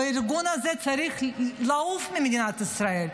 והארגון הזה צריך לעוף ממדינת ישראל.